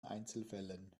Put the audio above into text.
einzelfällen